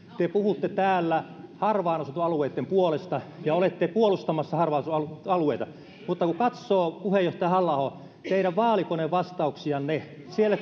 te puhutte täällä harvaan asuttujen alueitten puolesta ja olette puolustamassa harvaan asuttuja alueita mutta kun katsoo puheenjohtaja halla aho teidän vaalikonevastauksianne siellä